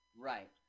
Right